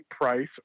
price